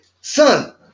son